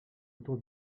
autour